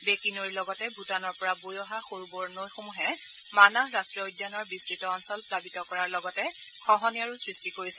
বেঁকী নৈৰ লগতে ভূটানৰ পৰা বৈ অহা সৰু বৰ নৈসমূহে মানাহ ৰাট্টীয় উদ্যানৰ বিস্তত অঞ্চল প্লাবিত কৰাৰ লগতে খহনীয়াৰো সৃষ্টি কৰিছে